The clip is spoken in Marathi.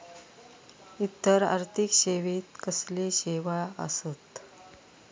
इतर आर्थिक सेवेत कसले सेवा आसत?